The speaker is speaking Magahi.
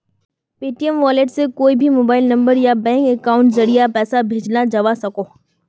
पेटीऍम वॉलेट से कोए भी मोबाइल नंबर या बैंक अकाउंटेर ज़रिया पैसा भेजाल जवा सकोह